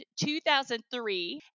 2003